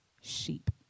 sheep